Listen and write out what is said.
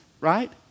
right